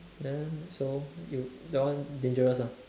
so you that one dangerous ah